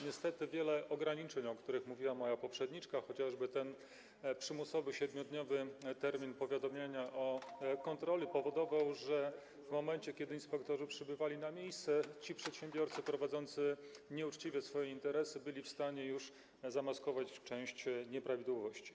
Niestety wiele ograniczeń, o których mówiła moja poprzedniczka, chociażby ten przymusowy 7-dniowy termin powiadamiania o kontroli, powodowało, że w momencie kiedy inspektorzy przybywali na miejsce, przedsiębiorcy prowadzący nieuczciwie swoje interesy byli w stanie już zamaskować część nieprawidłowości.